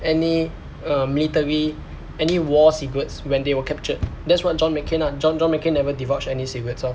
any uh military any war secrets when they were captured that's what john mccain ah john john mccain never divulge any secrets lor